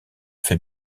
fait